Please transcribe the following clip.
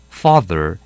father